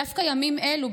דווקא ימים אלו,